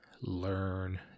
learn